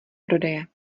prodeje